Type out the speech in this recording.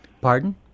Pardon